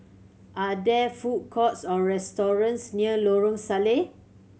are there food courts or restaurants near Lorong Salleh